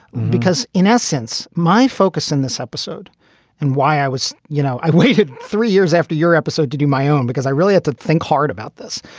because in essence, my focus in this episode and why i was you know, i waited three years after your episode to do my own because i really had to think hard about this.